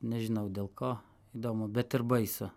nežinau dėl ko įdomu bet ir baisu